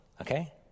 okay